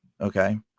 okay